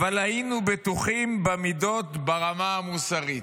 אבל היינו בטוחים במידות ברמה המוסרית.